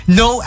no